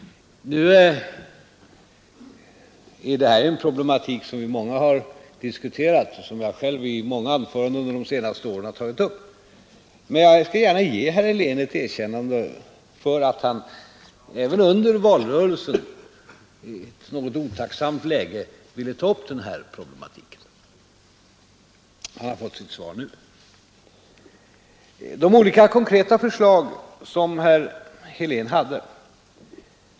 Detta är en problematik som många har diskuterat och som jag själv under många anföranden under de senaste åren har tagit upp, men jag skall gärna ge herr Helén ett erkännande för att han även under valrörelsen i ett något otacksamt läge ville ta upp den här problematiken. Han har fått sitt svar nu. Så till de olika konkreta förslag som herr Helén framförde.